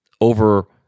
over